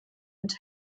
mit